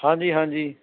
ਹਾਂਜੀ ਹਾਂਜੀ